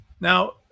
Now